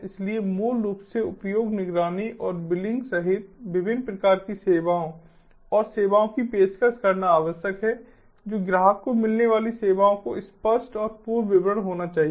इसलिए मूल रूप से उपयोग निगरानी और बिलिंग सहित विभिन्न प्रकार की सेवाओं और सेवाओं की पेशकश करना आवश्यक है जो ग्राहक को मिलने वाली सेवाओं का स्पष्ट और पूर्ण विवरण होना चाहिए